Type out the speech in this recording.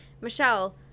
Michelle